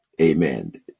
Amen